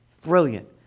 Brilliant